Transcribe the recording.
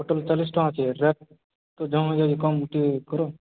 ପୋଟଲ୍ ଚାଲିଶ୍ ଟଙ୍ଗା ଅଛେ ରେଟ୍ ତ ଜହ ହେଇଯାଉଛେ ଟିକେ କମ୍ କର